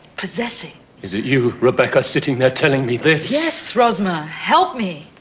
possessing. is it you, rebecca, sitting there telling me this? yes, rosmer. help me.